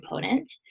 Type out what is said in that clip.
component